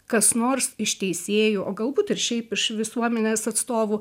kas nors iš teisėjų o galbūt ir šiaip iš visuomenės atstovų